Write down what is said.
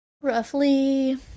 roughly